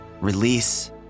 release